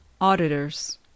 Auditors